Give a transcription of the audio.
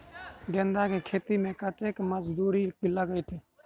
गेंदा केँ खेती मे कतेक मजदूरी लगतैक?